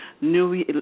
new